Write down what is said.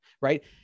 Right